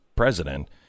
president